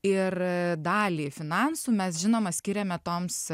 ir dalį finansų mes žinoma skiriame toms